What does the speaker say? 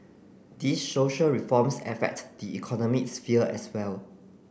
these social reforms affect the economic sphere as well